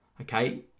okay